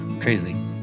crazy